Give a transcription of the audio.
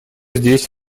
здесь